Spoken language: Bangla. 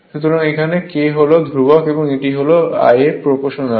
সুতরাং এখানে K হল ধ্রুবক এবং এটি হল I এর প্রপ্রোশনাল